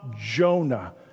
Jonah